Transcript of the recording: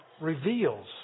reveals